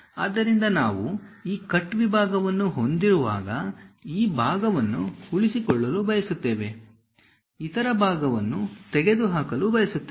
ಆದ್ದರಿಂದ ನಾವು ಆ ಕಟ್ ವಿಭಾಗವನ್ನು ಹೊಂದಿರುವಾಗ ಈ ಭಾಗವನ್ನು ಉಳಿಸಿಕೊಳ್ಳಲು ಬಯಸುತ್ತೇವೆ ಇತರ ಭಾಗವನ್ನು ತೆಗೆದುಹಾಕಲು ಬಯಸುತ್ತೇವೆ